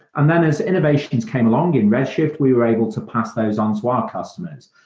and then as innovations came along in red shift, we were able to pass those on to our customers.